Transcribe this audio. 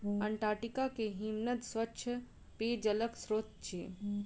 Antarctica के हिमनद स्वच्छ पेयजलक स्त्रोत अछि